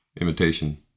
imitation